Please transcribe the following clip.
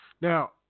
Now